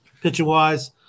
Pitcher-wise